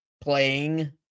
playing